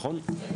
נכון?